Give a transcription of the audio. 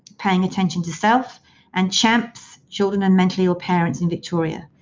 paying attention to self and champs, children and mentally ill parents in victoria.